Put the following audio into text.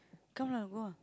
come lah go ah